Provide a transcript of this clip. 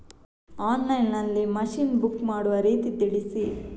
Online ನಲ್ಲಿ machine book ಮಾಡುವ ರೀತಿ ತಿಳಿಸಿ?